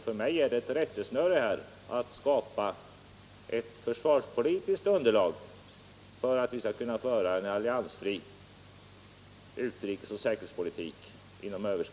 För mig är det ett rättesnöre att skapa ett sådant försvarspolitiskt underlag att vi under överskådlig tid skall kunna föra en alliansfri utrikesoch säkerhetspolitik.